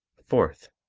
fourth